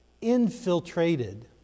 infiltrated